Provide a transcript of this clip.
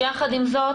יחד עם זאת,